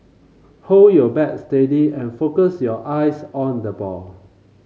hold your bat steady and focus your eyes on the ball